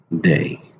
day